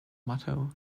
motto